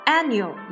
Annual